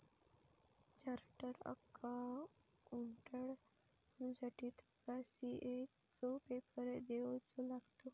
chartered accountant बनुसाठी तुका CA चो पेपर देवचो लागतलो